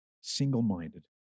single-minded